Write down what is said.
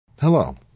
Hello